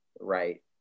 right